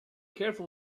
careful